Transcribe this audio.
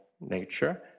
nature